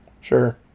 Sure